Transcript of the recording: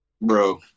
bro